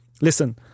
listen